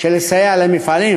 לסייע למפעלים,